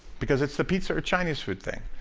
because it's the pizza or chinese food thing.